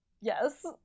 yes